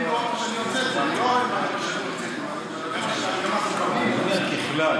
לא, גם מה שאנחנו מקבלים,